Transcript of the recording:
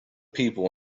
people